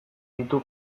ditu